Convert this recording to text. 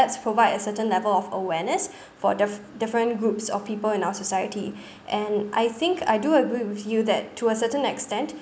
that's provide a certain level of awareness for the different groups of people in our society and I think I do agree with you that to a certain extent